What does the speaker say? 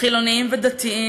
בין חילונים לדתיים.